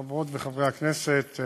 חברות וחברי הכנסת,